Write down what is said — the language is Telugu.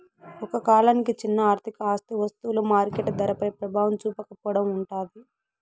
ఒక కాలానికి చిన్న ఆర్థిక ఆస్తి వస్తువులు మార్కెట్ ధరపై ప్రభావం చూపకపోవడం ఉంటాది